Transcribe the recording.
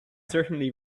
certainly